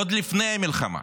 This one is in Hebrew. עוד לפני המלחמה,